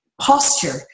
posture